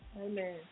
amen